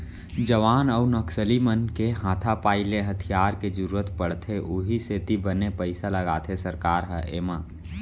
जवान अउ नक्सली मन के हाथापाई ले हथियार के जरुरत पड़थे उहीं सेती बने पइसा लगाथे सरकार ह एमा